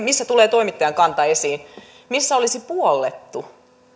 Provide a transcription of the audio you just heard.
missä tulee toimittajan kanta esiin missä olisi puollettu